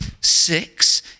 Six